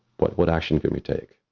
what, what action can we take?